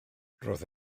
roedd